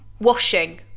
washing